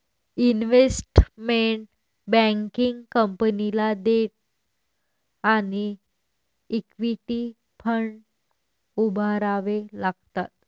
investment banking कंपनीला debt आणि equity fund उभारावे लागतात